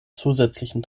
zusätzlichen